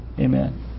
Amen